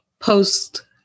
post